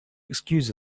excuse